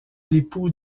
l’époux